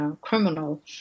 criminal